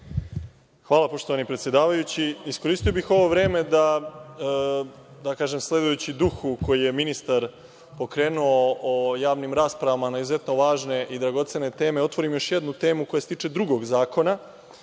Hvala poštovani predsedavajući. Iskoristio bih ovo vreme da kažem sledujući duhu koji je ministar pokrenuo o javnim raspravama na izuzetno važne i dragocene teme, otvorim još jednu temu koja se tiče drugog zakona,